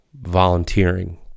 volunteering